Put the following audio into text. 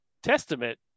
Testament